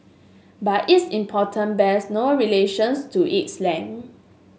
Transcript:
but its importance bears no relations to its length